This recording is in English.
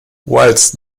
whilst